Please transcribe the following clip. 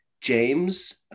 James